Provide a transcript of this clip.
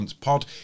Pod